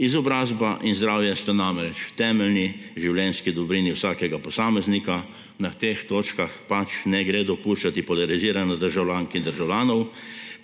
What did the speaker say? Izobrazba in zdravje sta namreč temeljni življenjski dobrini vsakega posameznika. Na teh točkah pač ne gre dopuščati polariziranja državljank in državljanov